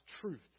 truth